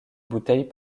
bouteilles